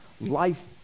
life